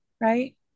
right